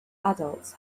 adults